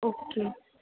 okay